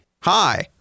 Hi